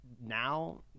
now